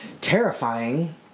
terrifying